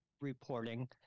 reporting